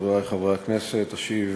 חברי חברי הכנסת, אשיב